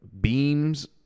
beams